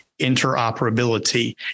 interoperability